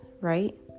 right